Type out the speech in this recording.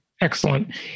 Excellent